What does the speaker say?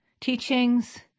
teachings